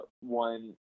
one